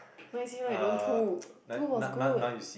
Now You See Me Now You Don't two two was good